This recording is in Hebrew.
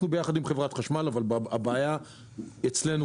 אנחנו ביחד עם חברת החשמל, אבל הבעיה הייתה אצלנו.